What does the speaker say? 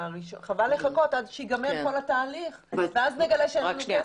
חבל לחכות עד שייגמר כל התהליך ואז נגלה שאין לנו כסף.